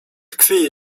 tkwi